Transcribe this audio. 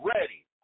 ready